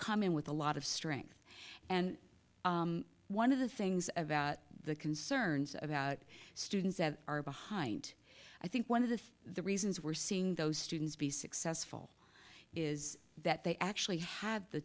come in with a lot of strength and one of the things about the concerns about students that are behind i think one of the the reasons we're seeing those students be successful is that they actually had the